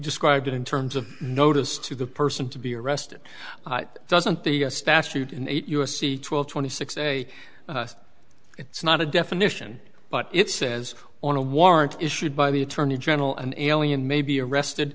described it in terms of notice to the person to be arrested doesn't the statute in eight u s c twelve twenty six say it's not a definition but it says on a warrant issued by the attorney general an alien may be arrested